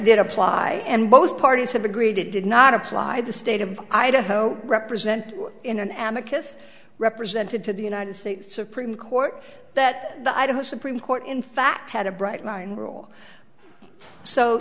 did apply and both parties have agreed it did not apply the state of idaho represent in an am a kiss represented to the united states supreme court that the idaho supreme court in fact had a bright line rule so